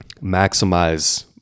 maximize